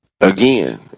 Again